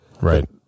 Right